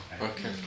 Okay